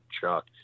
chuck